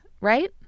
right